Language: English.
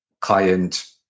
client